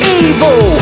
evil